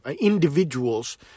individuals